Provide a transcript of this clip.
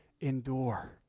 endure